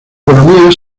economía